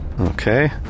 Okay